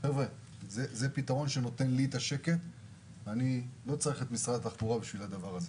אבל זה פתרון שנותן לי את השקט ואני לא צריך את משרד התחבורה לזה.